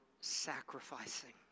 sacrificing